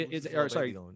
sorry